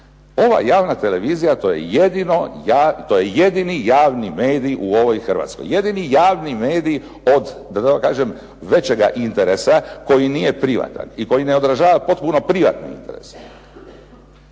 Ova javna televizija to je jedini javni medij u ovoj Hrvatskoj, jedini javni medij od da tako kažem većega interesa koji nije privatan i koji ne odražava potpuno privatne interese.